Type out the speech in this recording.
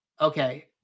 Okay